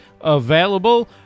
available